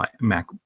Mac